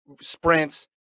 Sprints